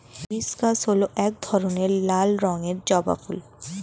hibiscus হল এক ধরনের লাল রঙের জবা ফুল